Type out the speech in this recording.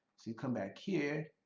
so you come back here,